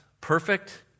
perfect